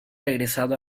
regresado